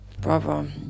brother